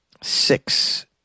six